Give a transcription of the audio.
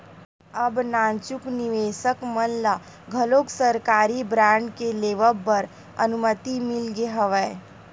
अब नानचुक निवेसक मन ल घलोक सरकारी बांड के लेवब बर अनुमति मिल गे हवय